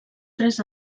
tres